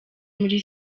muri